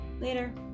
Later